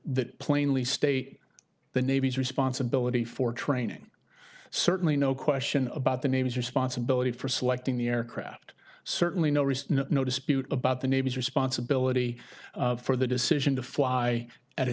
that plainly state the navy's responsibility for training certainly no question about the navy's responsibility for selecting the aircraft certainly no risk no dispute about the navy's responsibility for the decision to fly at a